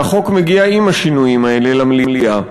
והחוק מגיע עם השינויים האלה למליאה.